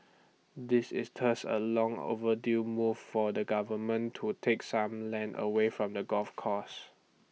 this is thus A long overdue move for the government to take some land away from the golf courses